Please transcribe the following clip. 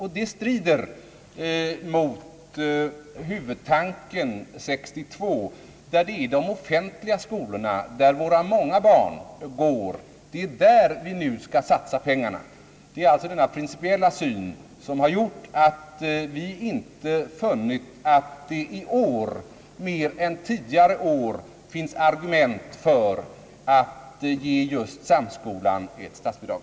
Det skulle strida mot huvudtanken från 1962 att vi skall satsa pengarna på de offentliga skolorna, där de många barnen går. Det är denna principiella syn som gjort att vi inte har funnit att det i år mer än tidigare år finns argument för att ge Samskolan i Göteborg statsbidrag.